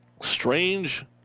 Strange